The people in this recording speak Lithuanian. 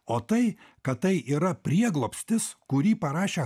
o tai kad tai yra prieglobstis kurį parašė